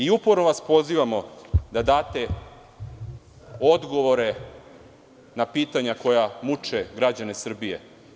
Uporno vas pozivamo da date odgovore na pitanja koja muče građane Srbije.